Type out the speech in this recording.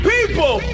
People